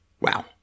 wow